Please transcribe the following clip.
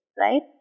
right